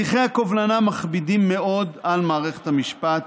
הליכי הקובלנה מכבידים מאוד על מערכת המשפט,